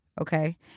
Okay